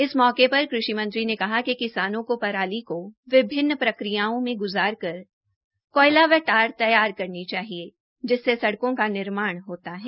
इस मौके पर कृषि मंत्री ने कहा कि किसानों को पराली को विभिन्न प्रकियाओं में गुजारकर कोयला व टार तैयार करनी चाहिए जिससे सडकों का निर्माण होता है